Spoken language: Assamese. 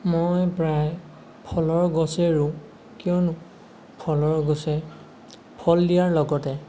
মই প্ৰায় ফলৰ গছে ৰুওঁ কিয়নো ফলৰ গছে ফল দিয়াৰ লগতে